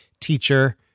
teacher